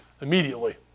immediately